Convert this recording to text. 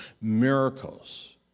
miracles